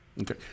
Okay